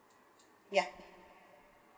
yeah